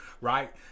right